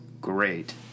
great